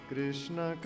Krishna